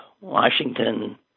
Washington